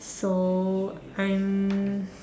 so I'm